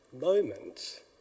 moment